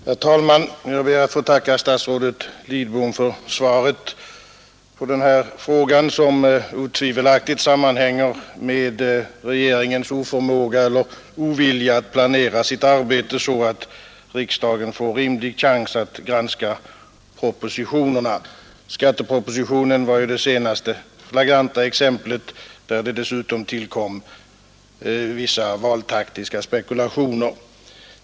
Herr talman! Jag ber att få tacka statsrådet Lidbom för svaret på denna fråga, som otvivelaktigt sammanhänger med regeringens oförmåga eller ovilja att planera sitt arbete så att riksdagen får rimlig chans att granska propositionerna. Skattepropositionen var det senaste flagranta exemplet, där det dessutom tillkom vissa valtaktiska spekulationer.